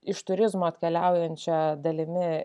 iš turizmo atkeliaujančia dalimi